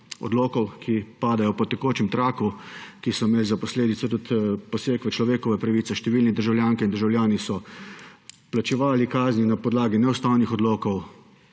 odlokih, ki padajo kot po tekočem traku, ki so imeli za posledico tudi poseg v človekove pravice, številni državljanke in državljani so plačevali kazni na podlagi neustavnih odlokov,